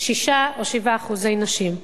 6% או 7% נשים.